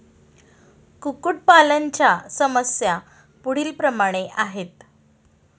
कुक्कुटपालनाच्या समस्या पुढीलप्रमाणे आहेत